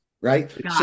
right